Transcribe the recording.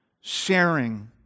sharing